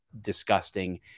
disgusting